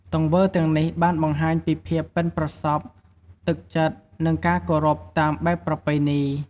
ទង្វើទាំងនេះបានបង្ហាញពីភាពប៉ិនប្រសប់ ទឹកចិត្ត និងការគោរពតាមបែបប្រពៃណី។